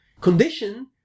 condition